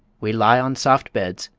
we lie on soft beds,